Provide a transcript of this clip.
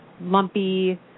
lumpy